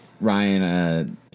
ryan